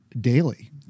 Daily